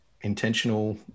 intentional